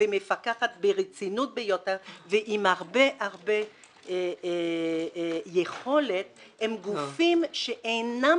ומפקחת ברצינות ועם הרבה הרבה יכולת הם גופים שאינם